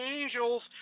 angels